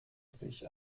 sich